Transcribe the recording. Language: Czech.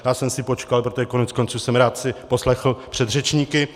Já jsem si počkal, protože koneckonců jsem si rád poslechl předřečníky.